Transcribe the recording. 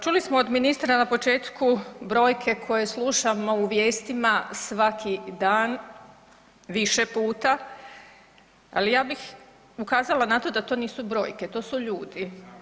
Čuli smo od ministra na početku brojke koje slušamo u vijestima svaki dan, više puta, ali ja bih ukazala na to da to nisu brojke, to su ljudi.